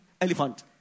elephant